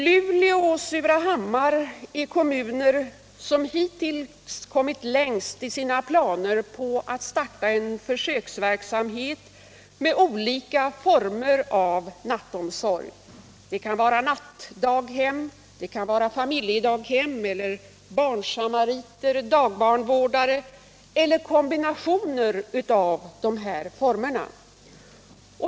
Luleå och Surahammar är kommuner som hittills kommit längst i sina planer på att starta en försöksverksamhet med olika former av nattomsorg. Det kan vara natthem, familjedaghem eller barnsamariter eller kombinationer av dessa former.